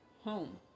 home